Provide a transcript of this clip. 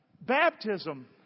Baptism